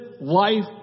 life